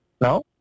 No